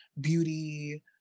beauty